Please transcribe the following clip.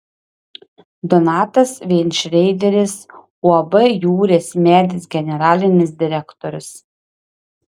donatas veinšreideris uab jūrės medis generalinis direktorius